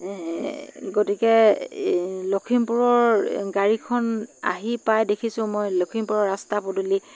গতিকে এই লখিমপুৰৰ গাড়ীখন আহি পাই দেখিছোঁ মই লখিমপুৰৰ ৰাস্তা পদূলি